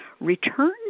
Return